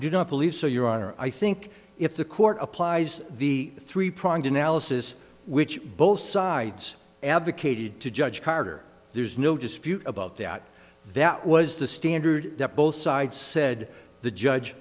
do not believe so your honor i think if the court applies the three pronged analysis which both sides advocated to judge carter there's no dispute about that that was the standard that both sides said the judge